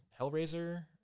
Hellraiser